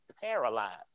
paralyzed